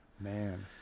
Man